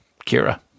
Kira